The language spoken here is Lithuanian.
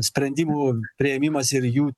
sprendimų priėmimas ir jų